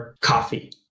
coffee